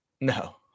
No